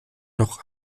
noch